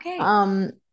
Okay